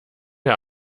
der